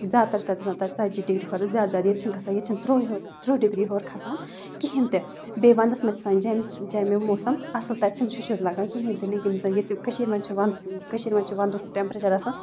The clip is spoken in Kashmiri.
زیادٕتَر چھِ تَتہِ گژھان تَتہِ ژتجی ییٚتہِ کھۄتہٕ زیادٕ زیادٕ ییٚتہِ چھِ گژھان ییٚتہِ چھِنہٕ تٕرٛہ ہیوٚر تٕرٛہ ڈِگری ہیوٚر کھَسان کِہیٖنۍ تہِ بیٚیہِ وَنٛدَس منٛز چھِ آسان جیٚمہِ جیٚمہِ موسم اَصٕل تَتہِ چھِنہٕ شِشُر لگان کِہیٖنۍ تہِ لیکِن یُس زَن ییٚتیُک کٔشیٖرِ منٛز چھِ وَںٛدَس کٔشیٖرِ منٛز چھِ ونٛدُک ٹٮ۪مپریچَر آسان